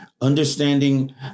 Understanding